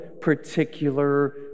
particular